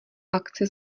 akci